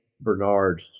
Bernard